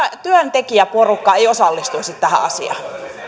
työntekijäporukka ei osallistuisi tähän asiaan